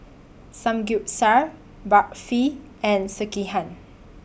Samgeyopsal Barfi and Sekihan